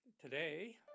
Today